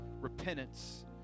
repentance